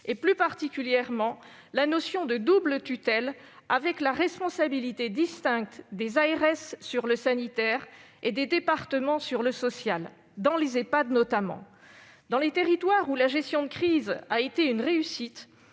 et, plus particulièrement, la notion de double tutelle, avec la responsabilité distincte des ARS pour l'aspect sanitaire et des départements pour la dimension sociale, notamment dans les Ehpad. Dans les territoires où la gestion de crise a été une réussite,